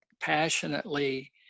passionately